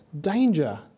danger